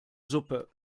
suppe